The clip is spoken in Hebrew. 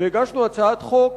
והגשנו הצעת חוק